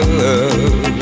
love